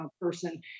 person